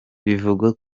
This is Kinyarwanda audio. bivugwa